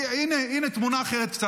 הינה תמונה אחרת קצת.